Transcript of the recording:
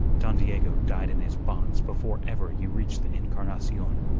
don diego died in his bonds before ever you reached the encarnacion.